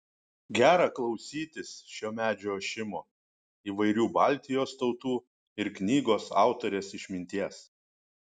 gera klausytis šio medžio ošimo įvairių baltijos tautų ir knygos autorės išminties